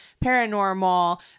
paranormal